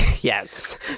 Yes